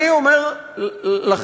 אני אומר לכם,